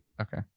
Okay